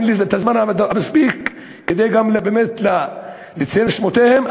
באמת אין לי הזמן המספיק כדי לציין גם את שמותיהם,